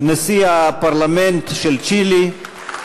נשיא הפרלמנט של צ'ילה.